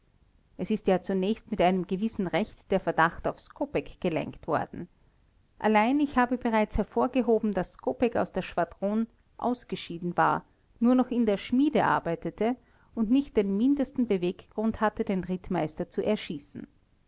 es ist ja zunächst mit einem gewissen recht der verdacht auf skopeck gelenkt worden allein ich habe bereits hervorgehoben daß skopeck aus der schwadron dron ausgeschieden war nur noch in der schmiede arbeitete und nicht den mindesten beweggrund hatte den rittmeister zu erschießen